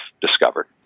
discovered